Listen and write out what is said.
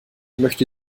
möchte